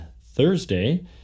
thursday